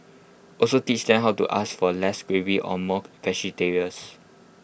also teach them how to ask for less gravy or more